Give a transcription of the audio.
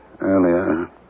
earlier